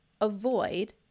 avoid